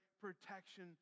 protection